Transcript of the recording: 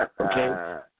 Okay